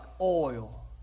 oil